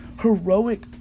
heroic